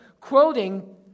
quoting